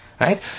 right